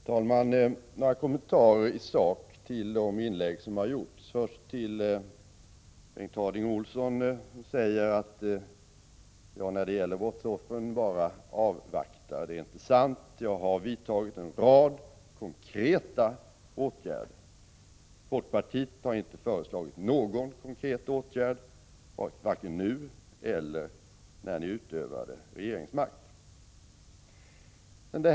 Herr talman! Jag vill göra några kommentarer i sak till de inlägg som har gjorts. Först vänder jag mig till Bengt Harding Olson som säger att jag när det gäller brottsoffren bara avvaktar. Det är inte sant. Jag har vidtagit en rad konkreta åtgärder. Ni inom folkpartiet har inte föreslagit någon konkret åtgärd, varken nu eller när ni utövade regeringsmakt.